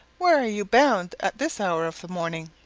where are you bound at this hour of the morning?